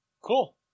Cool